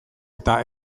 eta